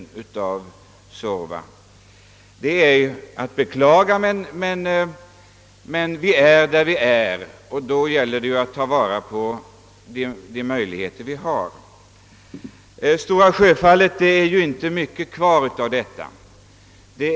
Det är att beklaga, men vi är där vi är och det gäller att ta vara på de möjligheter vi har. Det är inte mycket kvar av Stora Sjöfallet.